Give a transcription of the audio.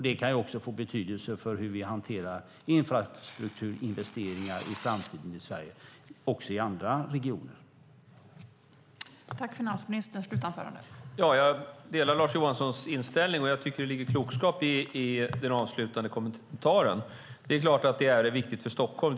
Det kan också få betydelse för hur vi hanterar infrastrukturinvesteringar i framtiden även i andra regioner i Sverige.